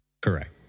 Correct